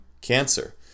cancer